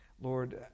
lord